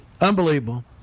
Unbelievable